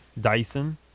Dyson